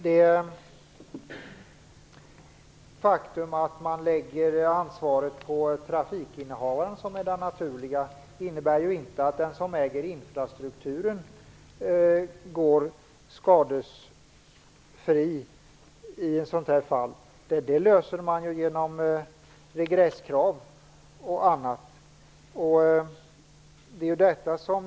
Det faktum att man lägger ansvaret på trafikinnehavaren, vilket är det naturliga, innebär inte att den som äger infrastrukturen går fri i ett skadeärende. Det löser man genom regresskrav och på annat sätt.